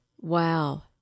Wow